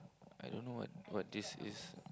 I don't know what what this is